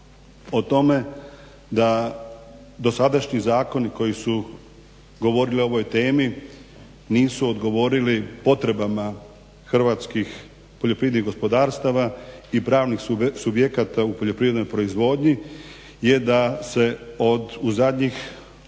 O tome da dosadašnji zakoni koji su govorili o ovoj temi nisu odgovorili potrebama hrvatskih poljoprivrednih gospodarstava i pravnih subjekata u poljoprivrednoj proizvodnji je da se od u zadnjih